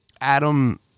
Adam